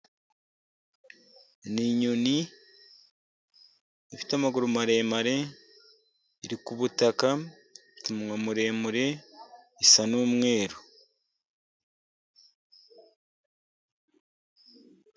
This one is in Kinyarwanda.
N'inyoni ifite amaguru maremare, iri k'ubutaka ifite amaguru maremare isa n'umweru.